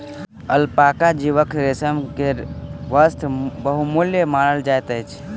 alpaca जीवक रेशम के वस्त्र बहुमूल्य मानल जाइत अछि